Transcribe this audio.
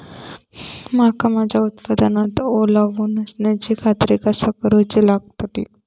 मका माझ्या उत्पादनात ओलावो नसल्याची खात्री कसा करुची लागतली?